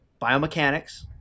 biomechanics